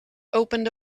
opened